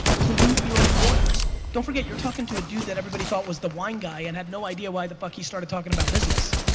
pollute your own waters. don't forget you're talking to a dude that everybody thought was the wine guy and had no idea why the fuck he started talking about business.